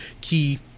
key